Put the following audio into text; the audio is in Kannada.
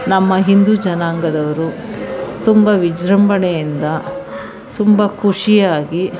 ನಮ್ಮ ಹಿಂದೂ ಜನಾಂಗದವರು ತುಂಬ ವಿಜೃಂಭಣೆಯಿಂದ ತುಂಬ ಖುಷಿಯಾಗಿ